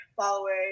followers